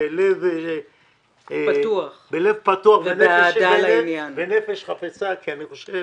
פתוח ובנפש חפצה, כי אני חושב